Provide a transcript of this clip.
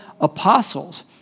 apostles